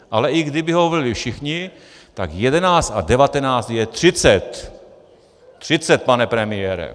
Ale i kdyby ho volili všichni, tak 11 a 19 je 30. Třicet, pane premiére.